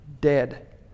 Dead